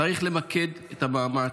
צריך למקד את המאמץ,